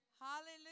Hallelujah